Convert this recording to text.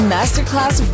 Masterclass